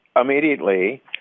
immediately